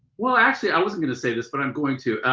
well actually i wasn't going to say this but i'm going to.